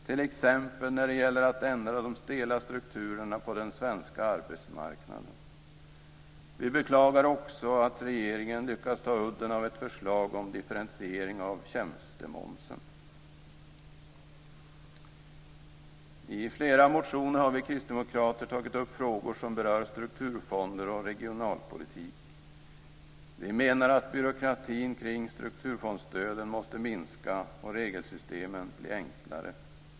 T.ex. när det gäller att ändra de stela strukturerna på den svenska arbetsmarknaden. Vi beklagar också att regeringen lyckats ta udden av ett förslag om differentiering av tjänstemomsen. I flera motioner har vi kristdemokrater tagit upp frågor som berör strukturfonder och regionalpolitik. Vi menar att byråkratin kring strukturfondsstöden måste minska och regelsystemen bli enklare.